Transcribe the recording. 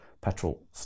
petrol